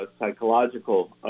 Psychological